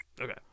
Okay